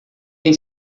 tem